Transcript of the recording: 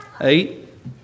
Eight